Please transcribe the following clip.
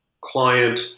client